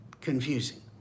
confusing